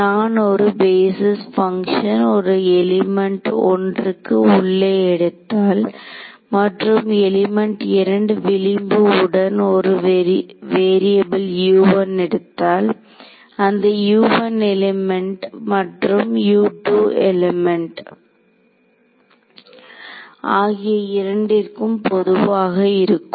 நான் ஒரு basis function ஒரு எலிமெண்ட் 1 க்கு உள்ளே எடுத்தால் மற்றும் எலிமெண்ட் 2 விளிம்பு உடன் ஒரு வெரியாபுல் U1 எடுத்தால் அந்த U1 எலிமெண்ட்1 மற்றும் எலிமெண்ட் 2 ஆகிய இரண்டிற்கும் பொதுவாக இருக்கும்